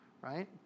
right